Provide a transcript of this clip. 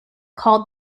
called